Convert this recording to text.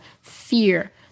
fear